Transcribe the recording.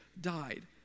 died